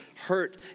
hurt